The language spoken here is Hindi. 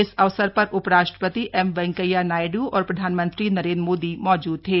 इस अवसर पर उप राष्ट्रपति एम वेंकैया नायडू और प्रधानमंत्री नरेंद्र मोदी मौजूद थे